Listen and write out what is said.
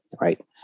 right